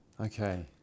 Okay